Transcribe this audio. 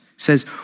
says